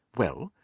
well,